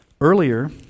Earlier